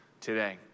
today